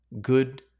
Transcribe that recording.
good